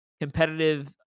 competitive